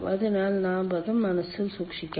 അതിനാൽ നാം അത് മനസ്സിൽ സൂക്ഷിക്കണം